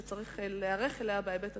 וצריך להיערך אליה בהיבט התשתיתי.